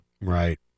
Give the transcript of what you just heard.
right